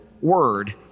word